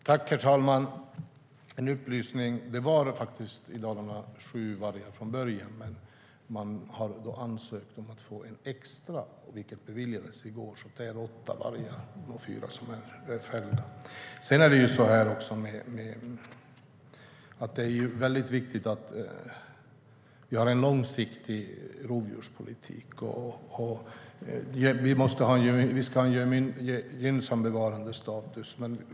Herr talman! Jag har en upplysning. Det var faktiskt sju vargar i Dalarna från början, men man har ansökt om att få en extra, vilket beviljades i går. Det är alltså åtta vargar, och fyra är fällda. Det är viktigt att vi har en långsiktig rovdjurspolitik. Vi ska ha en gynnsam bevarandestatus.